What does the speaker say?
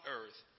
earth